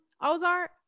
Ozark